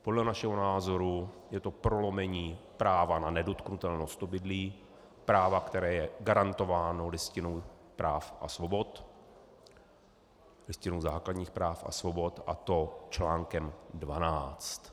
Podle našeho názoru je to prolomení práva na nedotknutelnost obydlí, práva, které je garantováno Listinou základních práv a svobod, a to článkem 12.